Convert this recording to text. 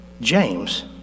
James